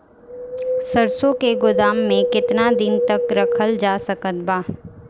सरसों के गोदाम में केतना दिन तक रखल जा सकत बा?